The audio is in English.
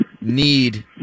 need